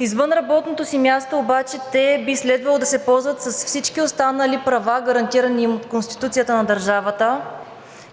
извънработното си място обаче, те би следвало да се ползват с всички останали права, гарантирани им от Конституцията на държавата,